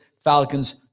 Falcons